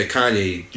Kanye